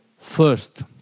First